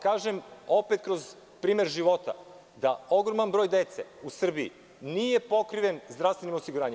Kažem vam opet kroz primer života da ogroman broj dece u Srbiji nije pokriven zdravstvenim osiguranjem.